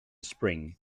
spring